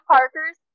Parker's